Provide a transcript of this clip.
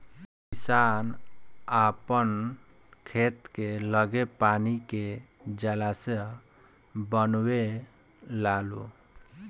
किसान आपन खेत के लगे पानी के जलाशय बनवे लालो